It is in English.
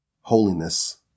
Holiness